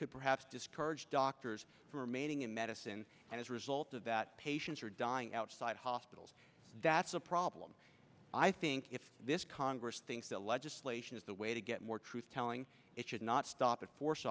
could perhaps discourage doctors for meeting in medicine as a result of that patients are dying outside hospitals that's a problem i think if this congress thinks that legislation is the way to get more truth telling it should not stop force